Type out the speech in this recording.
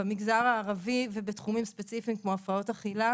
במגזר הערבי ובתחומים ספציפיים כמו הפרעות אכילה